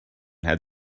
had